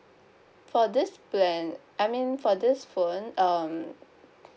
for this plan I mean for this phone um